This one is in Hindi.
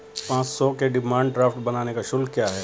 पाँच सौ के डिमांड ड्राफ्ट बनाने का शुल्क क्या है?